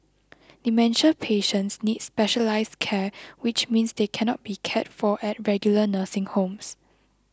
dementia patients need specialised care which means they cannot be cared for at regular nursing homes